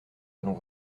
allons